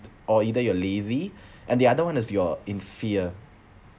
or either you are lazy and the other one is you're in fear